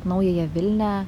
naująją vilnią